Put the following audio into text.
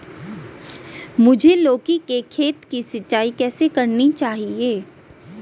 मुझे लौकी के खेत की सिंचाई कैसे करनी चाहिए?